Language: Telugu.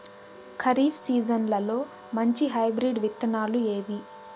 ఖరీఫ్ సీజన్లలో మంచి హైబ్రిడ్ విత్తనాలు ఏవి